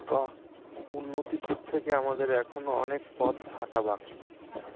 বাহ উন্নতির দিক থেকে আমাদের এখনও অনেক পথ হাঁটা বাকি